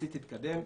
יחסית התקדם.